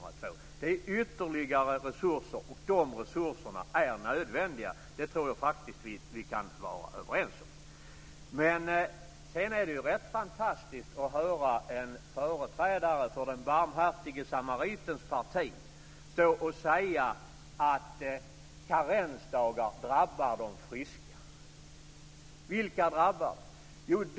Det är ytterligare resurser, och de resurserna är nödvändiga. Det tror jag faktiskt att vi kan vara överens om. Sedan är det rätt fantastiskt att höra en företrädare för den barmhärtige samaritens parti stå och säga att karensdagar drabbar de friska. Vilka drabbar det?